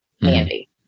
handy